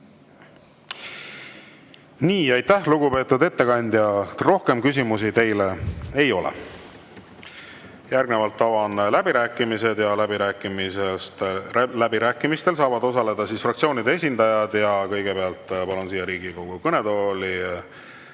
Aitäh, lugupeetud ettekandja! Rohkem küsimusi teile ei ole. Järgnevalt avan läbirääkimised. Läbirääkimistel saavad osaleda fraktsioonide esindajad ja kõigepealt palun siia Riigikogu kõnetooli